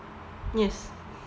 yes